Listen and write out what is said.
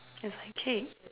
it's like cake